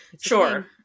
sure